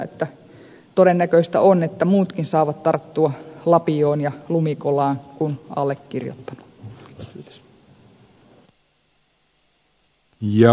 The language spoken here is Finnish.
eli todennäköistä on että muutkin saavat tarttua lapioon ja lumikolaan kuin allekirjoittanut